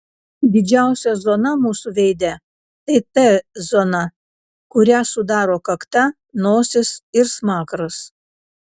didžiausia zona mūsų veide tai t zona kurią sudaro kakta nosis ir smakras